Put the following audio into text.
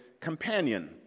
companion